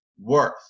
worth